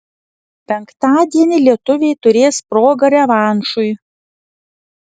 penktadienį lietuviai turės progą revanšui